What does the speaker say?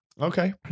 Okay